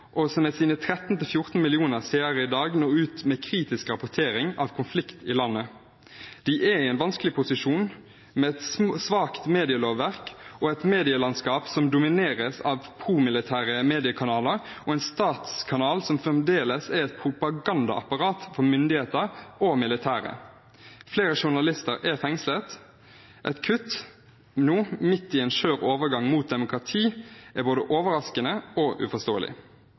og som med sine 13–14 millioner seere i dag når ut med kritisk rapportering av konflikt i landet. De er i en vanskelig posisjon, med et svakt medielovverk og et medielandskap som domineres av pro-militære mediekanaler og en statskanal som fremdeles er et propagandaapparat for myndigheter og militære. Flere journalister er fengslet. Et kutt nå, midt i en skjør overgang mot demokrati, er både overraskende og uforståelig.